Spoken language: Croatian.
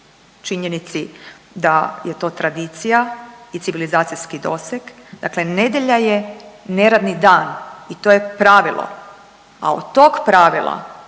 činjenici da je to tradicija i civilizacijski doseg. Dakle, nedjelja je neradni dan i to je pravilo, a od tog pravila